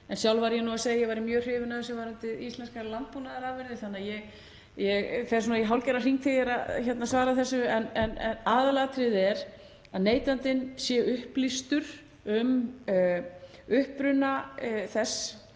En sjálf var ég nú að segja að ég er mjög hrifin af þessu varðandi íslenskar landbúnaðarafurðir þannig að ég fer svona í hálfgerðan hring þegar ég er að svara þessu. En aðalatriðið er að neytandinn sé upplýstur um uppruna